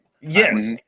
yes